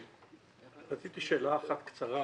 רציתי שאלה אחת קצרה,